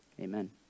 Amen